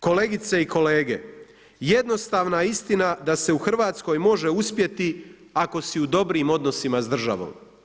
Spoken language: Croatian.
Kolegice i kolege, jednostavna istina da se u Hrvatskoj može uspjeti ako si u dobrim odnosima s državom.